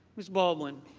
ms. baldwin.